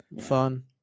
Fun